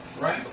right